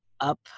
up